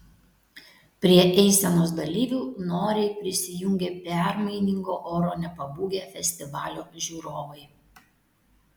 prie eisenos dalyvių noriai prisijungė permainingo oro nepabūgę festivalio žiūrovai